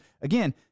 Again